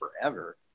forever